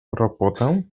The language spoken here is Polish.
robotę